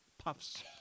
puffs